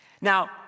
Now